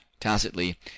tacitly